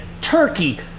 turkey